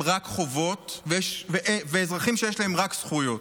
רק חובות ואזרחים שיש להם רק זכויות.